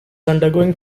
undergoing